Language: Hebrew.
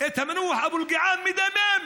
את המנוח אבו אלקיעאן מדמם